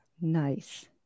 Nice